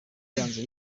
byanze